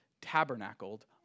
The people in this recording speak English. tabernacled